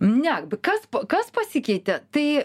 net kas kas pasikeitė tai